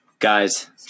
Guys